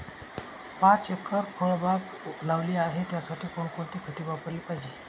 पाच एकर फळबाग लावली आहे, त्यासाठी कोणकोणती खते वापरली पाहिजे?